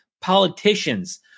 politicians